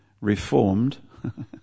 reformed